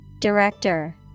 Director